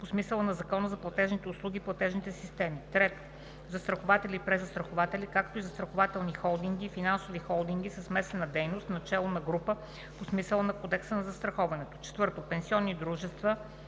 по смисъла на Закона за платежните услуги и платежните системи; 3. застрахователи и презастрахователи, както и застрахователни холдинги и финансови холдинги със смесена дейност, начело на група, по смисъла на Кодекса за застраховането; 4. пенсионноосигурителни дружества